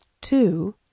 two